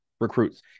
recruits